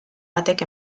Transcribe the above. batek